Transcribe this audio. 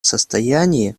состоянии